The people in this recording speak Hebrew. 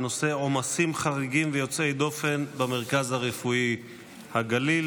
בנושא: עומסים חריגים ויוצאי דופן במרכז הרפואי לגליל.